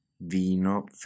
vino